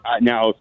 now